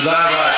תודה רבה.